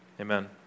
amen